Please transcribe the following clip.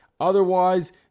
otherwise